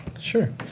Sure